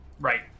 Right